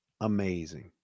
Amazing